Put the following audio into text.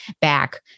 back